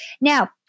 Now